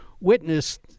witnessed